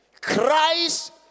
Christ